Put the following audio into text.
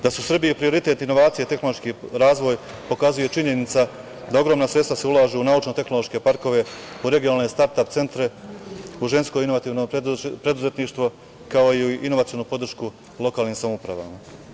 Da su Srbiji prioritet inovacije, tehnološki razvoj pokazuje činjenica da se ogromna sredstva ulažu u naučno-tehnološke parkove, u regionalne start-ap centre, u žensko inovativno preduzetništvo, kao i u inovacionu podršku u lokalnim samoupravama.